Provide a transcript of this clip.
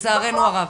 לצערנו הרב.